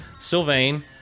Sylvain